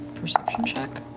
perception check?